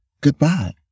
goodbye